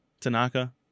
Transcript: Tanaka